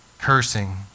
Cursing